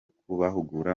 kubahugura